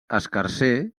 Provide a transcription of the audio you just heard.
escarser